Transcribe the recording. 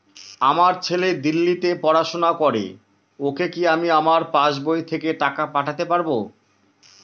আমার ছেলে দিল্লীতে পড়াশোনা করে ওকে কি আমি আমার পাসবই থেকে টাকা পাঠাতে পারব?